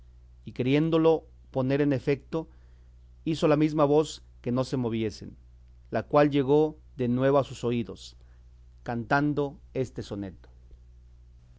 y queriéndolo poner en efeto hizo la mesma voz que no se moviesen la cual llegó de nuevo a sus oídos cantando este soneto